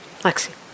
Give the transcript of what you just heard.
Lexi